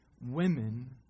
women